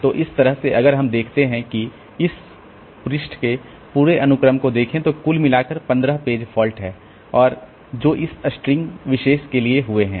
तो इस तरह से अगर हम देखते हैं कि इस पृष्ठ के पूरे अनुक्रम को देखें तो कुल मिलाकर 15 पेज फॉल्ट हैं जो इस स्ट्रिंग विशेष के लिए हुए हैं